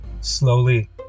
slowly